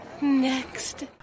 Next